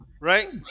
right